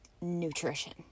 nutrition